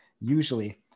usually